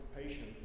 patient